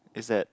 is that